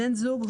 בן זוג,